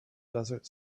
desert